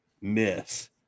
miss